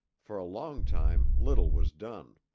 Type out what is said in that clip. for a long time little was done.